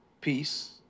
peace